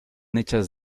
hechas